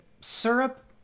syrup